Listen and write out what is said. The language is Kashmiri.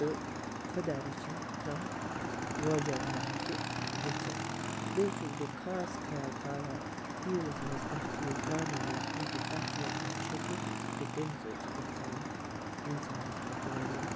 تہٕ خۄدا رٔچھِن کانٛہہ وۄجَر ما ہیٚکہِ گٔژھِتھ بیٚیہِ چھُس بہٕ خاص خیال تھاوان تیٖلَس منٛز کانٛہہ چیٖز ترٛاونہٕ وِزِ کیونکہ تَتھ چھُ وۄتھان چھِکہٕ تہٕ تمہِ سۭتۍ چھِ گژھان اِنسانَس پَتہٕ واریاہ